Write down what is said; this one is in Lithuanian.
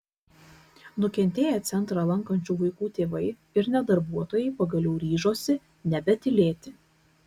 nukentėję centrą lankančių vaikų tėvai ir net darbuotojai pagaliau ryžosi nebetylėti